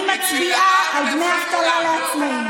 אצל העם, אני מצביעה על דמי אבטלה לעצמאים.